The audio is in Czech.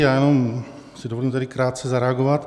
Já jenom si dovolím tedy krátce zareagovat.